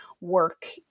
work